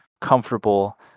comfortable